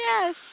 Yes